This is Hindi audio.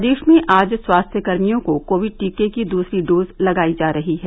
प्रदेश में आज स्वास्थ्यकर्मियों को कोविड टीके की दूसरी डोज लगायी जा रही है